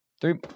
Three